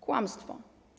Kłamstwo.